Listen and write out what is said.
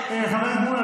חבר הכנסת מולא,